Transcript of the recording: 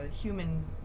human